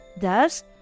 Thus